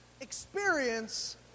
experience